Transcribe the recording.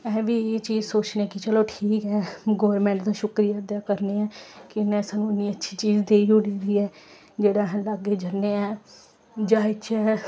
अस बी इ'यै चीज सोचने ऐं कि चलो ठीक ऐ गौरमैंट दा शुक्रिया अदा करने आं कि उ'न्नै सानूं इन्नी अच्छी चीज देई ओड़ी दी ऐ जेह्ड़ा अस लाग्गै जन्ने आं जाइयै